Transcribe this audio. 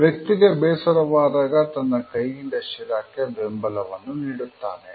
ವ್ಯಕ್ತಿಗೆ ಬೇಸರವಾದಾಗ ತನ್ನ ಕೈಯಿಂದ ಶಿರಾಕ್ಕೆ ಬೆಂಬಲವನ್ನು ನೀಡುತ್ತಾನೆ